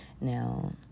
Now